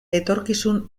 etorkizun